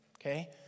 Okay